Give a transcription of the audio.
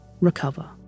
Recover